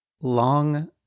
long